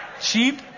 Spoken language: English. Cheap